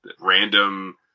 random